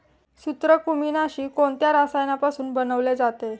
सूत्रकृमिनाशी कोणत्या रसायनापासून बनवले जाते?